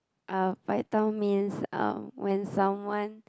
uh paitao means um when someone